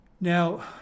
Now